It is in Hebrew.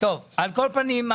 על כל פנים,